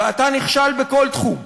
ואתה נכשל בכל תחום.